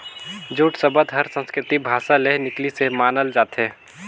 jute सबद हर संस्कृति भासा ले निकलिसे मानल जाथे